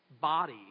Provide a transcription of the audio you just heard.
body